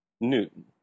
Newton